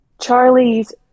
Charlie's